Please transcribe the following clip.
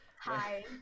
Hi